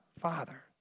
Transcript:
father